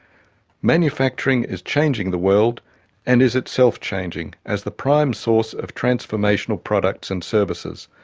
manufacturing is changing the world and is itself changing as the prime source of transformational products and services.